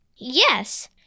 Yes